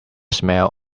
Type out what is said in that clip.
smell